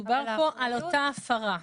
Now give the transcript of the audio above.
מדובר כאן על אותה הפרה.